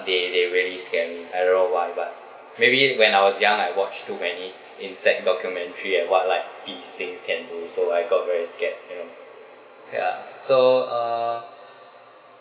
they they really can I don't know why but maybe when I was young I watch too many insect documentary and what like these things can do so I got very scared you know ya so uh